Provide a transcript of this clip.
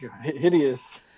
hideous